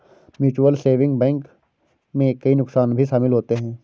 mutual saving bank में कई नुकसान भी शमिल होते है